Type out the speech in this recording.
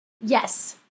Yes